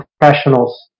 professionals